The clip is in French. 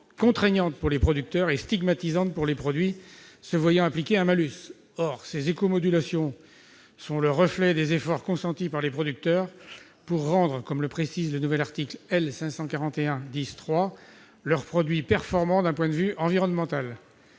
contraignante pour les producteurs et stigmatisante pour les produits se voyant appliquer un malus. Or ces éco-modulations sont le reflet des efforts consentis par les producteurs pour rendre, comme le précise le nouvel article L. 541-10-3, leurs produits performants d'un point de vue environnemental.